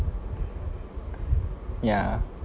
ya